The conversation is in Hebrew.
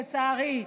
לצערי,